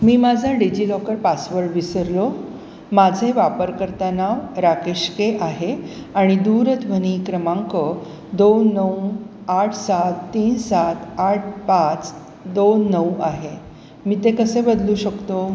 मी माझा DigiLocker password विसरलो माझे वापरकर्ता नाव राकेश के आहे आणि दूरध्वनी क्रमांक दोन नऊ आठ सात तीन सात आठ पाच दोन नऊ आहे मी ते कसे बदलू शकतो